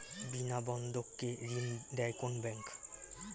বিনা বন্ধক কে ঋণ দেয় কোন ব্যাংক?